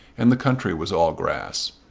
and the country was all grass.